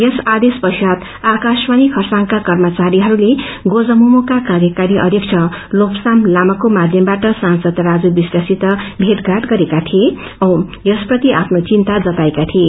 यस आदेश ष्चात आकश्रवाणी खरसाङका कप्रचारीहरूले गोजमुमोका कार्यक्परी अध्यब्ब तोप्साङ लामाको माध्यमबाट सांसद राजु विष्टसित भेटघाट गरेका थिए औ यसप्रति आफ्नो चिन्ता जताएका थिए